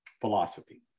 Philosophy